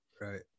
Right